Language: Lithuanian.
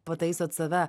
pataisot save